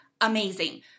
Amazing